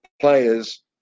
players